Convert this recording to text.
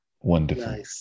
Wonderful